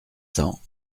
cents